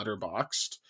letterboxed